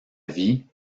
vie